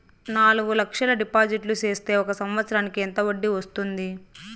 నాలుగు లక్షల డిపాజిట్లు సేస్తే ఒక సంవత్సరానికి ఎంత వడ్డీ వస్తుంది?